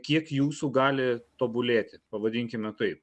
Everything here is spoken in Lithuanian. kiek jūsų gali tobulėti pavadinkime taip